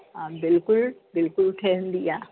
हा बिल्कुलु बिल्कुलु ठहंदी आहे